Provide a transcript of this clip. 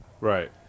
Right